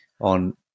on